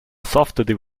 software